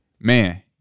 man